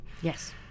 Yes